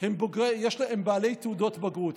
הם בעלי תעודות בגרות.